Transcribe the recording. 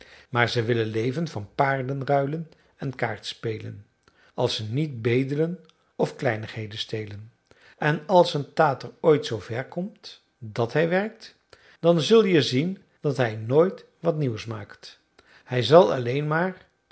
maar ze willen leven van paarden ruilen en kaartspelen als ze niet bedelen of kleinigheden stelen en als een tater ooit zoo ver komt dat hij werkt dan zul je zien dat hij nooit wat nieuws maakt hij zal alleen maar